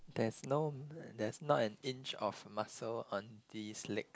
there's no there is not an inch of muscle on these leg